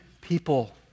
people